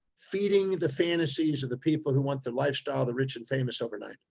feeding the fantasies of the people who want the lifestyle, the rich and famous overnight.